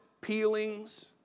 peelings